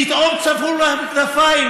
תתעלמו מהבעיה,